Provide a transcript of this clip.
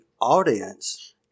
audience